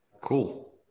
Cool